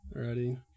already